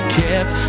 kept